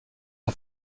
der